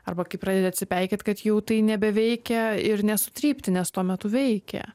arba kai pradedi atsipeikėt kad jau tai nebeveikia ir nesutrypti nes tuo metu veikė